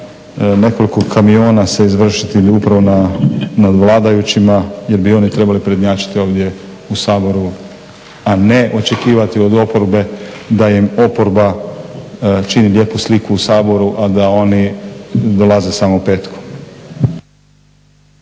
nekoliko kamiona se izvršiti ili upravo nad vladajućima jel bi oni trebali prednjačiti ovdje u Saboru a ne očekivati od oporbe da im oporba čini lijepu sliku u Saboru a da oni dolaze samo petkom.